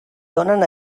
donen